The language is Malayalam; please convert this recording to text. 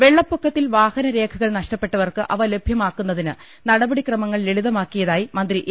വെള്ളപ്പൊക്കത്തിൽ വാഹനരേഖകൾ നഷ്ടപ്പെട്ടവർക്ക് അവ ലഭ്യമാകുന്നതിന് നടപടിക്രമങ്ങൾ ലളിതമാക്കിയതായി മന്ത്രി എ